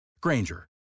Granger